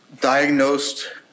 diagnosed